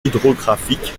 hydrographique